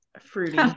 fruity